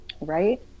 right